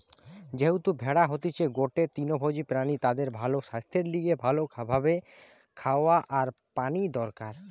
যেহেতু ভেড়া হতিছে গটে তৃণভোজী প্রাণী তাদের ভালো সাস্থের লিগে ভালো ভাবে খাওয়া আর পানি দরকার